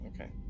Okay